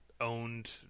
owned